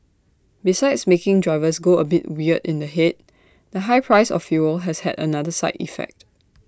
besides making drivers go A bit weird in the Head the high price of fuel has had another side effect